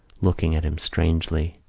looking at him strangely.